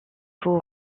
faut